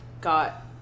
got